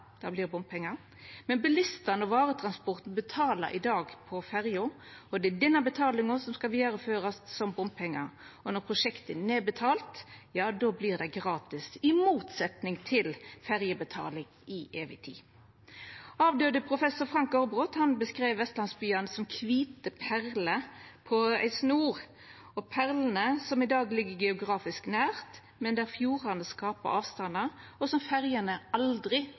det vert bompengar, men bilistane og varetransporten betalar i dag på ferja, og det er denne betalinga som skal vidareførast som bompengar. Når prosjektet er nedbetalt, vert det gratis – i motsetnad til ferjebetaling i evig tid. Avdøde professor Frank Aarebrot beskreiv vestlandsbyane som kvite perler på ei snor – perler som i dag ligg geografisk nært, men der fjordane skapar avstandar som ferjene aldri